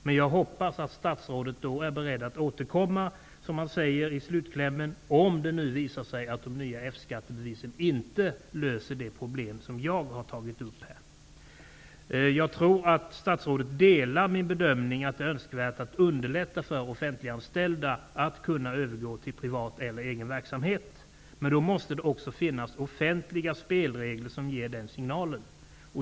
Men jag hoppas att statsrådet -- som han säger i slutklämmen av sitt svar -- är beredd att återkomma, om det visar sig att de nya F skattebevisen inte löser det problem som jag här har tagit upp. Jag tror att statsrådet delar min uppfattning att det är önskvärt att underlätta för offentliganställda att kunna övergå till privat eller egen verksamhet, men då måste det också finnas offentliga spelregler som ger den signalen.